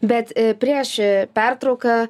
bet prieš pertrauką